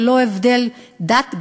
ללא הבדל דת,